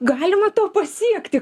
galima to pasiekti